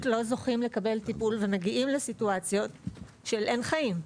לא זוכים לקבל טיפול והם מגיעים לסיטואציות של אין חיים.